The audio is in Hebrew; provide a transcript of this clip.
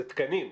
אלה תקנים.